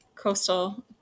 coastal